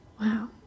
Wow